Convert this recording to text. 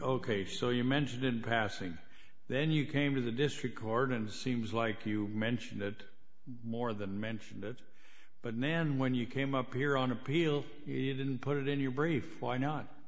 ok so you mentioned in passing then you came to the district court and seems like you mention that more than mentioned it but man when you came up here on appeal it didn't put it in your brief why not